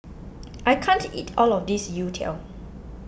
I can't eat all of this Youtiao